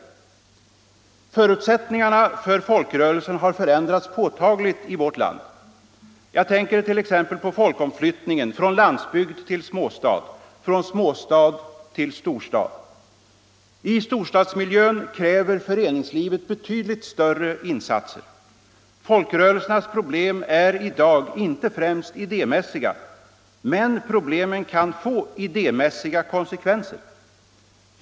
Förutsättningarna för folkrörelserna har förändrats påtagligt i vårt land. Jag tänker t.ex. på folkomflyttningen från landsbygd till småstad, från småstad till storstad. I storstadsmiljön kräver föreningslivet betydligt större insatser. Folkrörelsernas problem är i dag inte främst idémässiga, men problemen kan få idémässiga konsekvenser.